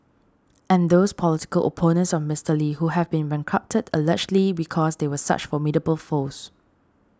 and those political opponents of Mister Lee who have been bankrupted allegedly because they were such formidable foes